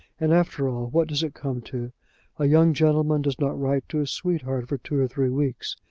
and after all what does it come to a young gentleman does not write to his sweetheart for two or three weeks.